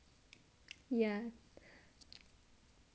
ya